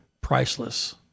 priceless